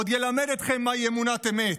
ועוד ילמד אתכם מה היא אמונת אמת,